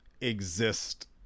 exist